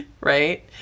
Right